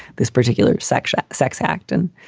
this particular sexual sex act. and,